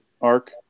arc